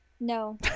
No